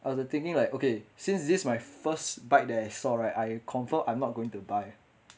I was like thinking like okay since this is my first bike that I saw right I confirm I'm not going to buy